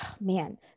man